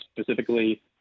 specifically